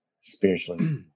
spiritually